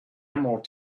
emerald